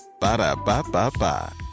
Ba-da-ba-ba-ba